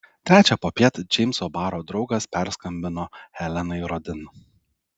trečią popiet džeimso baro draugas perskambino helenai rodin